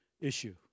issue